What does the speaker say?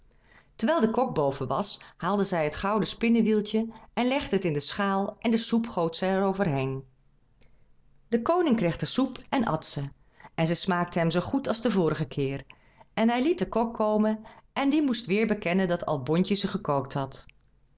terwijl de kok boven was haalde zij het gouden spinnewieltje en legde het in de schaal en de soep goot zij er over heen de koning kreeg de soep en at ze en zij smaakte hem zoo goed als de vorige keer en hij liet den kok komen en die moest weer bekennen dat albontje ze gekookt had